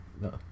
No